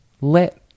Let